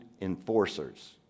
enforcers